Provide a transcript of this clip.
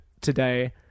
today